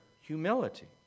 humility